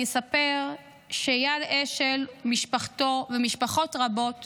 אני אספר שאייל אשל, משפחתו ומשפחות רבות